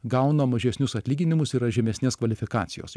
gauna mažesnius atlyginimus yra žemesnės kvalifikacijos